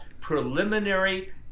preliminary